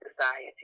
society